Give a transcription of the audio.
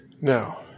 Now